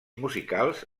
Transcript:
musicals